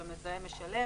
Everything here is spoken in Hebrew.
של המזהם משלם.